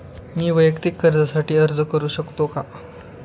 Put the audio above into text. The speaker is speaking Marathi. मी वैयक्तिक कर्जासाठी अर्ज करू शकतो का?